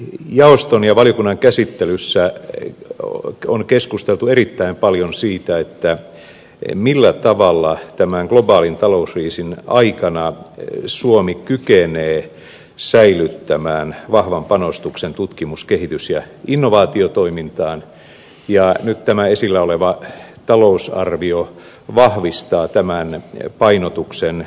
jaoston ja valiokunnan käsittelyssä on keskusteltu erittäin paljon siitä millä tavalla tämän globaalin talouskriisin aikana suomi kykenee säilyttämään vahvan panostuksen tutkimus kehitys ja innovaatiotoimintaan ja nyt tämä esillä oleva talousarvio vahvistaa tämän painotuksen säilymisen